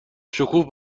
شکوه